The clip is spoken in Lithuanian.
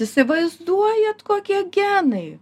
įsivaizduojat kokie genai